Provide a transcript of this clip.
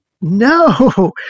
no